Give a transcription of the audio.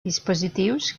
dispositius